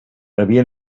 havia